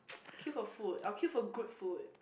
I'd queue for food I'd queue for good food